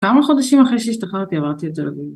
‫כמה חודשים אחרי שהשתחררתי ‫עברתי לתל אביב.